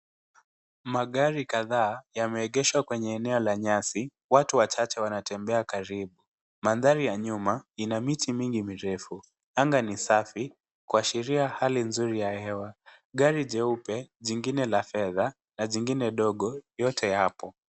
Magari kadhaa yameegeshwa kwenye eneo la nyasi. Watu wachache wanatembea karibu. Mandhari ya nyuma ina miti mingi mirefu. Anga ni safi kuashiria hali nzuri ya hewa. Gari jeupe jingine la fedha na jingine ndogo yote yapo.